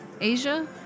Asia